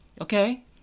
Okay